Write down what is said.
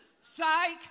psych